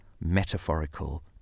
metaphorical